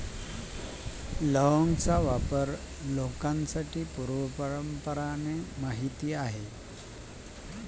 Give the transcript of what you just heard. लौंग ना वापर लोकेस्ले पूर्वापारना माहित शे